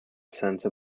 sense